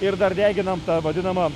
ir dar deginam tą vadinamą